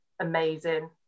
amazing